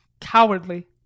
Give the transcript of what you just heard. cowardly